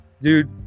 Dude